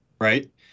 Right